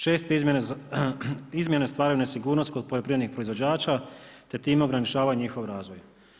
Česte izmjene stvarju nesigurnost kod poljoprivrednih proizvođača te time ograničavaju njihov razvoj.